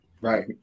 Right